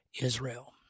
Israel